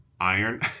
iron